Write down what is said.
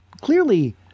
clearly